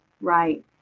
right